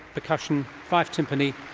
percussion, five timpani,